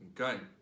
okay